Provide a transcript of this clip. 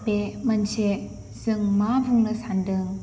बे मोनसे जों मा बुंनो सानदों